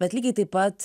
bet lygiai taip pat